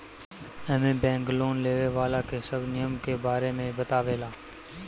एमे bank loan लेवे वाला के सब नियम के बारे में बतावे ला